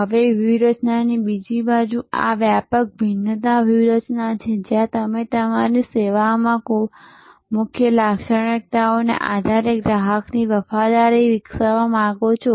હવે વ્યૂહરચનાની બીજી બાજુ આ વ્યાપક ભિન્નતા વ્યૂહરચના છે જ્યાં તમે તમારી સેવામાં કેટલીક મુખ્ય લાક્ષણિકતાઓના આધારે ગ્રાહકની વફાદારી વિકસાવવા માંગો છો